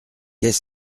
qu’est